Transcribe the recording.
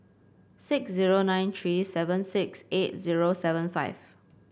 six zero nine three seven six eight zero seven five